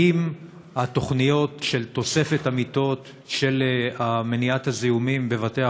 האם התוכניות לתוספת המיטות ולמניעת הזיהומים בבתי